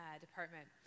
Department